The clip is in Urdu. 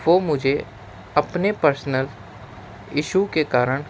وہ مجھے اپنے پرسنل ایشو کے کارن